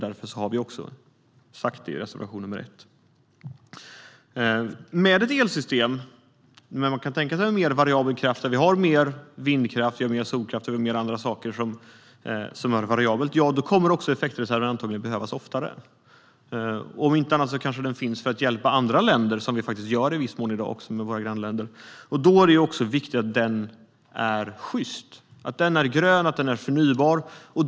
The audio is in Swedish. Det har vi också sagt i reservation nr 1. Med ett elsystem med en mer variabel kraft - mer vindkraft, solkraft och annat som är variabelt - kommer effektreserven antagligen att behövas oftare. Om inte annat kanske den finns för att vi ska kunna hjälpa andra länder, som vi faktiskt gör i viss mån i dag i våra grannländer. Då är det viktigt att den är sjyst, grön och förnybar.